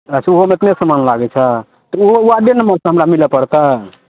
अच्छा ओहोमे एतने समान लागै छै तऽ ओहो वार्डे मेंबरसँ हमरा मिलै पड़तै